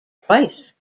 twice